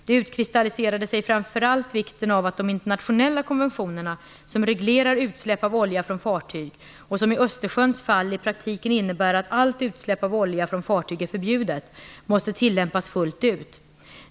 Det utkristalliserade sig framför allt vikten av att de internationella konventionerna som reglerar utsläpp av olja från fartyg, och som i Östersjöns fall i praktiken innebär att allt utsläpp av olja från fartyg är förbjudet, måste tillämpas fullt ut.